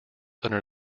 under